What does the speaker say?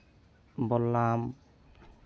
ᱵᱚᱞᱞᱟᱢ